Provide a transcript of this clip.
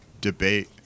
debate